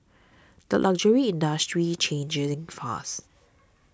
the luxury industry's changing ding fast